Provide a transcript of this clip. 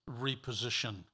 reposition